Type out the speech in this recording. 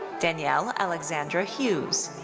danielle alexandra hughes.